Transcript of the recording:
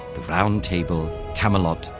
the round table, camelot,